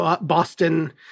Boston